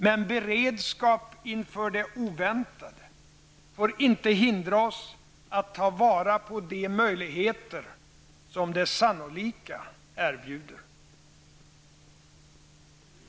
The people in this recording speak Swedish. Men beredskap inför det oväntade får inte hindra oss att ta vara på de möjligheter som det sannolika erbjuder.